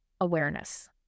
awareness